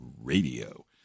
Radio